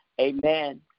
Amen